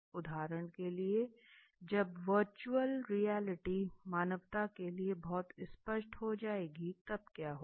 उदहारण के लिए जब वर्चुअल रिअलिटी मानवता के लिए बहुत स्पष्ट हो जाएगी तब क्या होगा